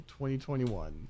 2021